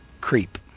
creep